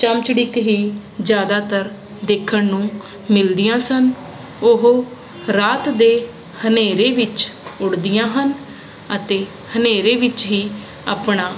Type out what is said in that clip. ਚਮਚੜਿੱਕ ਹੀ ਜ਼ਿਆਦਾਤਰ ਦੇਖਣ ਨੂੰ ਮਿਲਦੀਆਂ ਸਨ ਉਹ ਰਾਤ ਦੇ ਹਨੇਰੇ ਵਿੱਚ ਉੱਡਦੀਆਂ ਹਨ ਅਤੇ ਹਨੇਰੇ ਵਿੱਚ ਹੀ ਆਪਣਾ